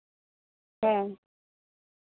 ᱦᱮᱸ